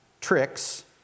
tricks